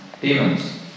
demons